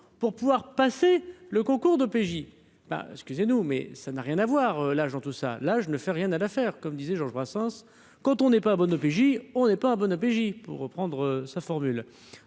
pour pouvoir passer le concours de PJ bah, excusez-nous, mais ça n'a rien à voir l'Jean tout ça, là, je ne fais rien à l'affaire, comme disait Georges Brassens : quand on n'est pas bonne de PJ, on n'est pas bonne OBJ pour reprendre sa formule,